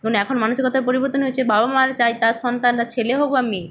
মানে এখন মানসিকতার পরিবর্তন হয়েছে বাবা মারা চায় তার সন্তানরা ছেলে হোক বা মেয়ে